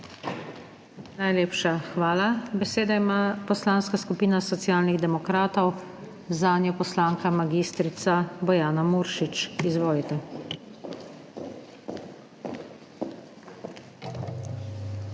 Najlepša hvala. Besedo ima Poslanska skupina Socialnih demokratov, zanjo poslanka mag. Bojana Muršič. Izvolite.